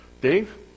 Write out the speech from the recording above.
dave